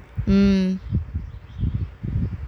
um